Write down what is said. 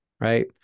right